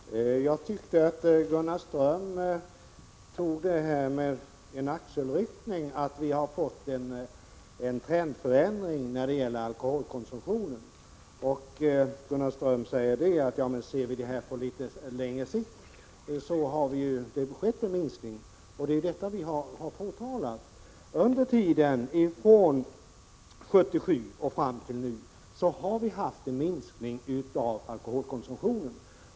Herr talman! Jag tycker att Gunnar Ström tog förhållandet att vi har fått en förändring av trenden när det gäller alkoholkonsumtionen med en axelryckning. Gunnar Ström säger att det ju sett på litet längre sikt har skett en minskning. Det är ju detta vi har påtalat. Under tiden från 1977 och fram till nu har det skett en minskning av alkoholkonsumtionen.